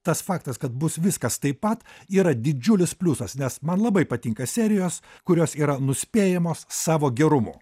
tas faktas kad bus viskas taip pat yra didžiulis pliusas nes man labai patinka serijos kurios yra nuspėjamos savo gerumu